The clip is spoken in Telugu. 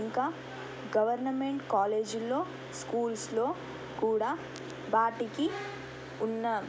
ఇంకా గవర్నమెంట్ కాలేజీల్లో స్కూల్స్లో కూడా వాటికి ఉన్న